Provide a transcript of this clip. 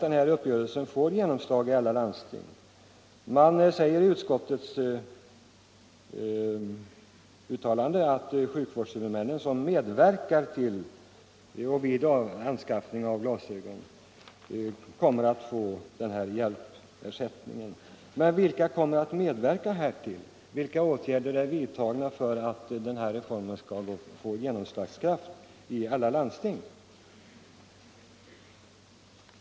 Jag är litet skeptisk därvidlag. Utskottet uttalar att sjukvårdshuvudmän, som medverkar vid anskaffning av glasögon, kommer att få högre hjälpmedelsersättning. Men vilka sjukvårdshuvudmän kommer att medverka härtill? Vilka åtgärder är vidtagna för att den här reformen skall få genomslagskraft i alla landsting?